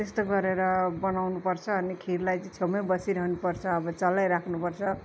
तेस्तो गरेर बनाउनुपर्छ अनि खीरलाई चाहिँ छेउमै बसिरहनु पर्छ अब चलाई राख्नुपर्छ